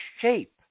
shape